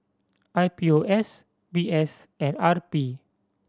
I P O S V S and R P